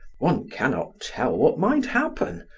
one cannot tell what might happen.